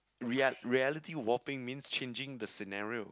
real~ reality warping means changing the scenario